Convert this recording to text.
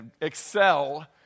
excel